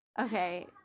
okay